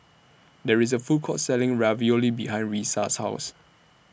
There IS A Food Court Selling Ravioli behind Risa's House